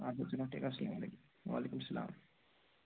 اَدٕ حظ چلو ٹھیٖک اسلامُ علیکُم وعلیکُم سَلام